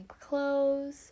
clothes